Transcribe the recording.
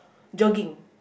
jogging